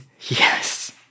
Yes